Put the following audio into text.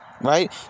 Right